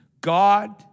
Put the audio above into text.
God